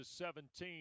17